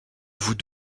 vous